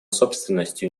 собственностью